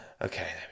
Okay